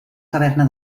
caverna